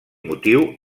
motiu